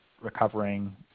recovering